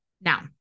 Now